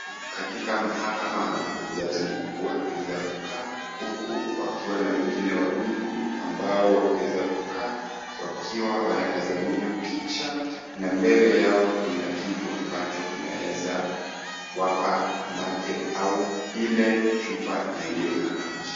Katika mahakama ambapo jaji mkuu ameweza kukaa, huku wakiwa na wengine wawili ambao wameweza kukaa, wakiwa wanatazamia picha na mbele yao kuna kitu ambacho kinaeza wapa mate au ile chupa iliyo na maji.